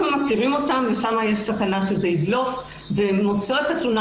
מכירים אותם ויש סיכון שזה ידלוף ומוסרת התלונה